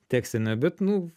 tekstinę bet nu